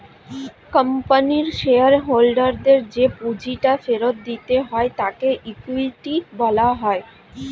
কোম্পানির শেয়ার হোল্ডারদের যে পুঁজিটা ফেরত দিতে হয় তাকে ইকুইটি বলা হয়